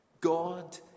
God